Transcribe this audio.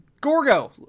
Gorgo